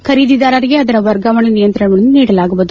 ಖರೀದಿದಾರರಿಗೆ ಅದರ ವರ್ಗಾವಣೆ ನಿಯಂತ್ರಣವನ್ನು ನೀಡಲಾಗುವುದು